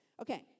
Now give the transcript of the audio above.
Okay